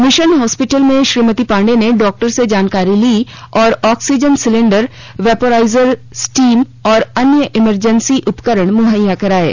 mission hospital में श्रीमती पांडये ने doctor से जानकारी ली और ऑक्सीजन सिलेंडर वेपोराइजर स्टीम और अन्य इमरजेंसी उपकरण मुहैया कराये